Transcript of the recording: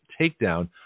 takedown